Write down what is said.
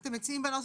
בבקשה.